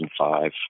2005